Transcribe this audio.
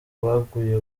baguye